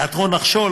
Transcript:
תיאטרון נחשול,